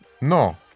No